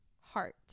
heart